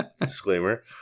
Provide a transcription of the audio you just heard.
disclaimer